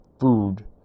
food